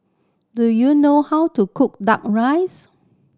do you know how to cook Duck Rice